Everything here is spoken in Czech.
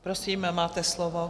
Prosím, máte slovo.